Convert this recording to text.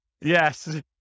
yes